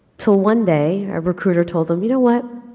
til one day, a recruiter told him, you know what,